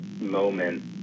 moment